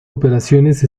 operaciones